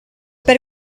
per